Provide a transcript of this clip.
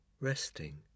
resting